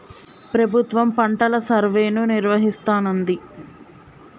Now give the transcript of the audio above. ప్రభుత్వం పంటల సర్వేను నిర్వహిస్తానంది